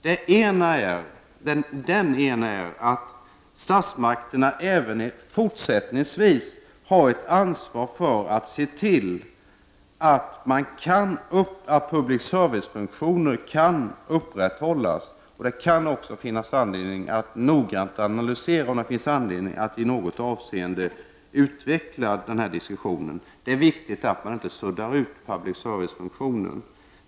Den ena punkten är att statsmakterna även fortsättningsvis har ett ansvar för att se till att public service-funktionen kan upprätthållas. Det kan även finnas anledning att noggrant analysera om denna diskussion i något avseende kan behöva utvecklas. Det är viktigt att public service-funktionen inte suddas ut.